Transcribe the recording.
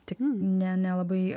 tik nelabai